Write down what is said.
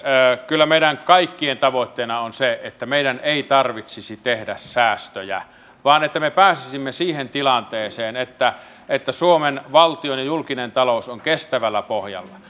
kyllä meidän kaikkien tavoitteena on se että meidän ei tarvitsisi tehdä säästöjä vaan että me pääsisimme siihen tilanteeseen että että suomen valtion ja julkinen talous on kestävällä pohjalla